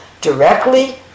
Directly